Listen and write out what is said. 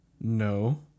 No